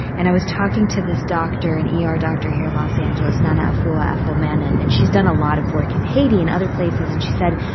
and i was talking to this doctor an yeah ah er doctor here in los angeles, nanaefua afoh-manin, and she's done a lot of work in haiti and other places. and she said,